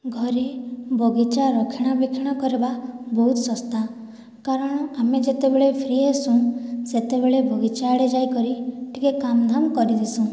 ଘରେ ବଗିଚା ରକ୍ଷଣାବେକ୍ଷଣା କର୍ବା ବହୁତ୍ ଶସ୍ତା କାରଣ ଆମେ ଯେତେବେଳେ ଫ୍ରି ହେସୁଁ ସେତେବେଳେ ବଗିଚା ଆଡ଼େ ଯାଇକରି ଟିକେ କାମଧାମ୍ କରିଦେସୁଁ